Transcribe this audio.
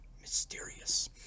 Mysterious